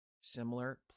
Similar